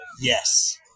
Yes